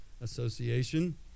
Association